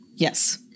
yes